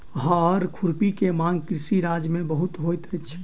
हअर खुरपी के मांग कृषि राज्य में बहुत होइत अछि